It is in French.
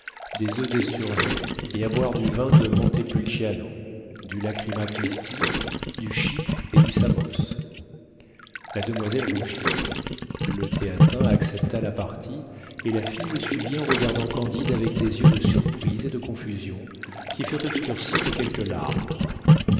des oeufs d'esturgeon et à boire du vin de montepulciano du lacryma christi du chypre et du samos la demoiselle rougit le théatin accepta la partie et la fille le suivit en regardant candide avec des yeux de surprise et de confusion qui furent obscurcis de quelques larmes